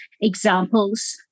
examples